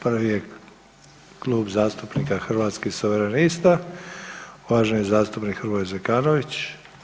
Prvi je Klub zastupnika Hrvatskih suverenista, uvaženi zastupnik Hrvoje Zekanović.